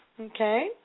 Okay